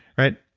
right,